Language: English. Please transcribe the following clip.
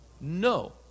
No